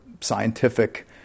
scientific